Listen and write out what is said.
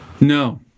No